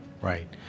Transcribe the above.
Right